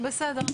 בסדר.